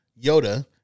Yoda